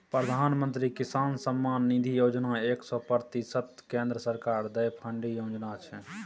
प्रधानमंत्री किसान सम्मान निधि योजना एक सय प्रतिशत केंद्र सरकार द्वारा फंडिंग योजना छै